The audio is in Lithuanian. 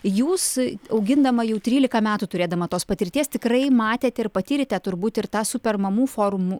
jūs augindama jau trylika metų turėdama tos patirties tikrai matėt ir patyrėte turbūt ir tą super mamų forumų